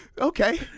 Okay